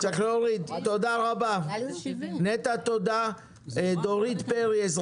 אתה אומר: זה לא אני.